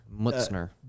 Mutzner